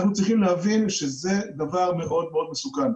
אנחנו צריכים להבין שזה דבר מאוד מאוד מסוכן.